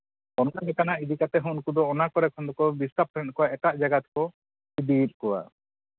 ᱚᱱᱠᱟ ᱞᱮᱠᱟᱱᱟᱜ ᱤᱫᱤ ᱠᱟᱛᱮᱫ ᱫᱚ ᱩᱱᱠᱩ ᱫᱚ ᱚᱱᱟ ᱠᱚᱨᱮ ᱠᱷᱚᱱ ᱫᱚᱠᱚ ᱠᱚᱣᱟ ᱮᱴᱟᱜ ᱡᱟᱭᱜᱟ ᱛᱮᱠᱚ ᱤᱫᱤᱭᱮᱫ ᱠᱚᱣᱟ